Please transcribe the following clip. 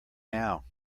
now